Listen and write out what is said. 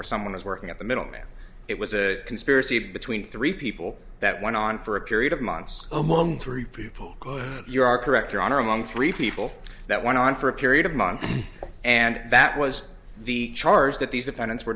where someone was working at the middleman it was a conspiracy between three people that went on for a period of months among three people you are correct your honor among three people that went on for a period of months and that was the charge that these defendants were